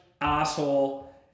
asshole